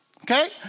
Okay